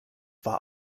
war